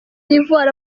ivoire